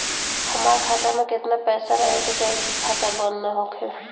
हमार खाता मे केतना पैसा रहे के चाहीं की खाता बंद ना होखे?